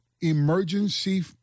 emergency